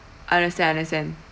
understand understand